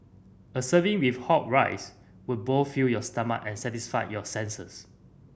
a serving with hot rice would both fill your stomach and satisfy your senses